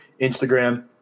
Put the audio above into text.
instagram